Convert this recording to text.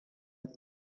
hitz